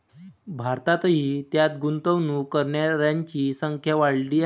भारतातही त्यात गुंतवणूक करणाऱ्यांची संख्या वाढली आहे